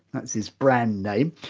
that's his brand name.